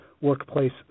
Workplace